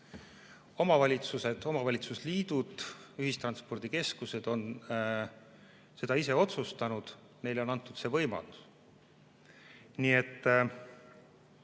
Omavalitsused, omavalitsusliidud ja ühistranspordikeskused on seda ise otsustanud, neile on antud võimalus. Mina